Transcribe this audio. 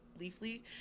Leafly